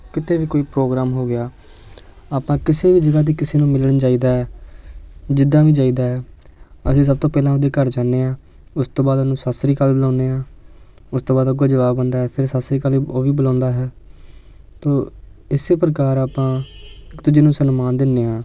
ਕਿਤੇ ਵੀ ਕੋਈ ਪ੍ਰੋਗਰਾਮ ਹੋ ਗਿਆ ਆਪਾਂ ਕਿਸੇ ਵੀ ਜਗ੍ਹਾ 'ਤੇ ਕਿਸੇ ਨੂੰ ਮਿਲਣ ਜਾਈਦਾ ਜਿੱਦਾਂ ਵੀ ਜਾਈਦਾ ਅਸੀਂ ਸਭ ਤੋਂ ਪਹਿਲਾਂ ਉਹਦੇ ਘਰ ਜਾਂਦੇ ਹਾਂ ਉਸ ਤੋਂ ਬਾਅਦ ਉਹਨੂੰ ਸਤਿ ਸ਼੍ਰੀ ਅਕਾਲ ਬੁਲਾਉਂਦੇ ਹਾਂ ਉਸ ਤੋਂ ਬਾਅਦ ਅੱਗੋਂ ਜਵਾਬ ਆਉਂਦਾ ਫਿਰ ਸਤਿ ਸ਼੍ਰੀ ਅਕਾਲ ਉਹ ਵੀ ਬੁਲਾਉਂਦਾ ਹੈ ਤੋ ਇਸੇ ਪ੍ਰਕਾਰ ਆਪਾਂ ਇੱਕ ਦੂਜੇ ਨੂੰ ਸਨਮਾਨ ਦਿੰਦੇ ਹਾਂ